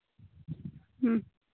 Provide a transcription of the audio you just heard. ᱦᱩᱸ